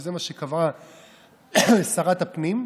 שזה מה שקבעה שרת הפנים,